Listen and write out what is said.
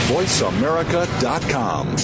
VoiceAmerica.com